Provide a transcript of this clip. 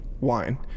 wine